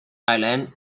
island